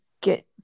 get